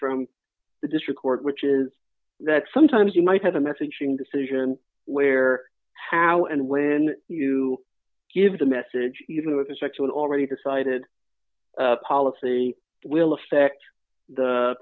from the district court which is that sometimes you might have a messaging decision where how and when you give the message even with a sexual already decided policy will affect the